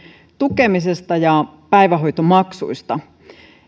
tukemisesta ja päivähoitomaksuista